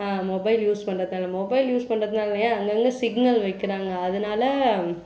mobile use பண்ணுறதால mobile use பண்ணுறதுனாலையா அங்கங்கே சிக்னெல் வைக்கிறாங்க அதனால